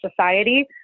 society